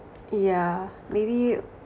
yeah maybe